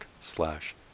slash